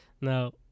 Now